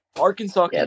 Arkansas